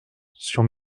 sur